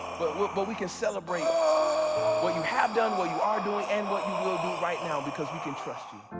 but but we can celebrate what you have done what you are doing and what you will do right now because we can trust you.